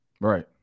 Right